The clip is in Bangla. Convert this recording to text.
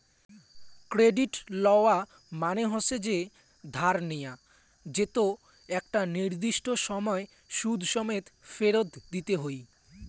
ক্রেডিট লওয়া মানে হসে যে ধার নেয়া যেতো একটা নির্দিষ্ট সময় সুদ সমেত ফেরত দিতে হই